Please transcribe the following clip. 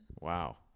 Wow